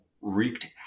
wreaked